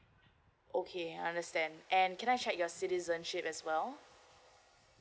okay I understand and can I check your citizenship as well